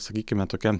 sakykime tokia